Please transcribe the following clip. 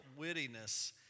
wittiness